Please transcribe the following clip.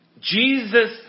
Jesus